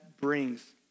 brings